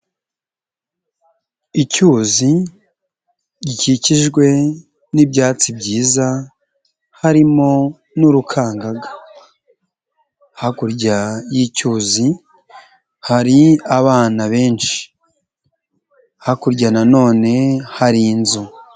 icyuzi gikikijwe n'ibyatsi byiza, harimo n'urukangaga. Hakurya y'icyuzi, hari abana benshi. Hakurya na none hari inzu.